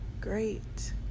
great